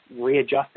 readjusted